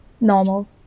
normal